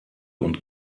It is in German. und